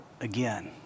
again